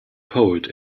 poet